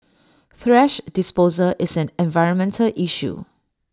thrash disposal is an environmental issue